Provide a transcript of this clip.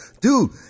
Dude